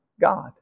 God